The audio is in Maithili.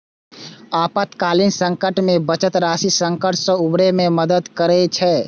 आपातकालीन संकट मे बचत राशि संकट सं उबरै मे मदति करै छै